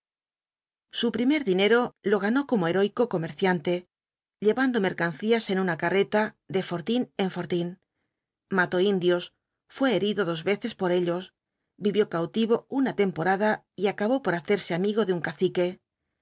apocalipsis dinero lo ganó como heroico comerciante llevando mercancías en una carreta de fortín en fortín mató indios fué herido dos veces por ellos vivió cautivo una temporada y acabó por hacerse amigo de un cacique